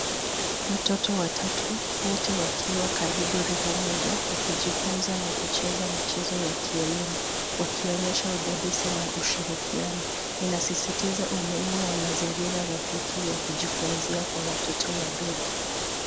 Watoto watatu, wote wakiwa karibu rika moja, wakijifunza na kucheza michezo ya kielimu wakionyesha udadisi na ushirikiano. Inasisitiza umuhimu wa mazingira rafiki ya kujifunzia kwa watoto wadogo.